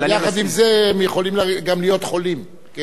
אין עניות, זה